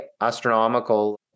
astronomical